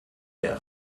der